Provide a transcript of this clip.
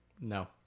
No